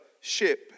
ship